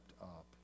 up